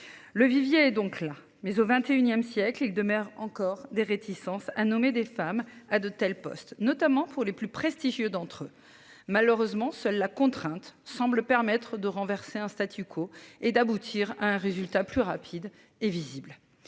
Le vivier donc là mais au XXIe siècle, il demeure encore des réticences à nommer des femmes à de tels postes notamment pour les plus prestigieux d'entre eux. Malheureusement seuls la contrainte semble permettre de renverser un statu quo et d'aboutir à un résultat plus rapide et visible.